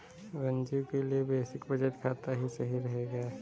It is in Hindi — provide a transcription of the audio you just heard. रंजू के लिए बेसिक बचत खाता ही सही रहेगा